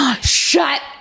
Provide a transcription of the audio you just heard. Shut